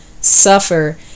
suffer